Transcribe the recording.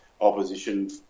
opposition